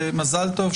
מזל טוב.